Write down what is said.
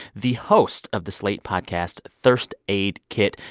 the hosts of the slate podcast thirst aid kit,